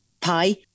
pie